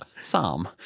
Sam